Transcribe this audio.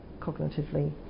cognitively